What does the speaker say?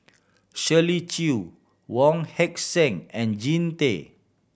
Shirley Chew Wong Heck Sing and Jean Tay